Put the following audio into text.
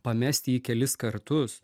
pamesti jį kelis kartus